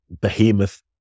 behemoth